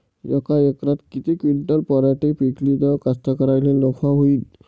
यका एकरात किती क्विंटल पराटी पिकली त कास्तकाराइले नफा होईन?